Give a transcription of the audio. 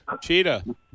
Cheetah